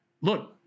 look